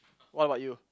what about you